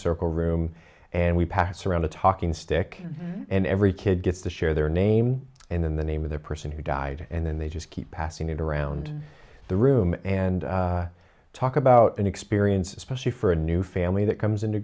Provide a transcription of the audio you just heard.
circle room and we pass around a talking stick and every kid gets to share their name and then the name of the person who died and then they just keep passing it around the room and talk about an experience especially for a new family that comes in